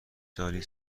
سالی